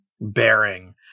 bearing